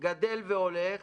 גדל והולך